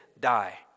die